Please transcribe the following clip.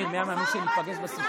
מה הוא עשה?